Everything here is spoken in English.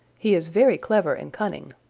he is very clever and cunning.